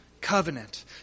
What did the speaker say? covenant